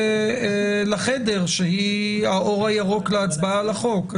לחדר שהיא האור הירוק להצבעה על החוק.